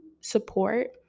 support